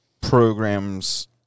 programs